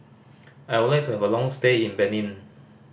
I would like to have a long stay in Benin